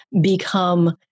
become